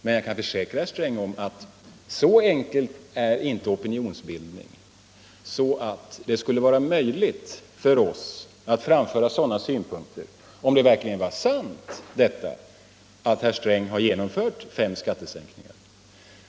Men jag kan försäkra herr Sträng: Så enkel är inte opinionsbildning att det skulle vara möjligt för oss att framföra sådana synpunkter om det verkligen var sant att herr Sträng har genomfört fem skattesänkningar.